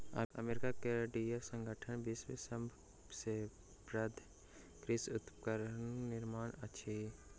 America के Deere संगठन विश्वक सभ सॅ पैघ कृषि उपकरण निर्माता अछि